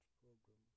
program